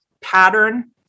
pattern